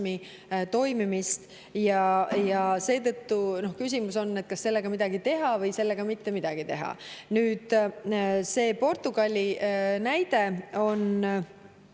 toimimist. Seetõttu on küsimus, kas sellega midagi teha või sellega mitte midagi teha. See Portugali näide on